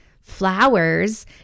flowers